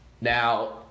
Now